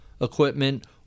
equipment